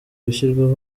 gushyirwaho